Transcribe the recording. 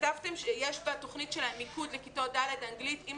כתבתם שיש בתוכנית של המיקוד לכיתות ד' אנגלית ואם